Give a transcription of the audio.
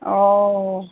অঁ